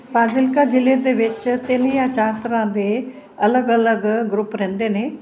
ਫਾਜ਼ਿਲਕਾ ਜ਼ਿਲ੍ਹੇ ਦੇ ਵਿੱਚ ਤਿੰਨ ਜਾਂ ਚਾਰ ਤਰ੍ਹਾਂ ਦੇ ਅਲਗ ਅਲਗ ਗਰੁੱਪ ਰਹਿੰਦੇ ਨੇ